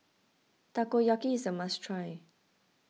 Takoyaki is a must try